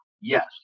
yes